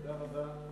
תודה רבה,